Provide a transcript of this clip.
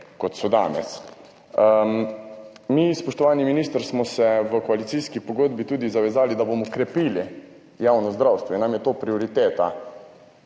kot so danes. Mi, spoštovani minister, smo se v koalicijski pogodbi tudi zavezali, da bomo krepili javno zdravstvo in nam je to prioriteta.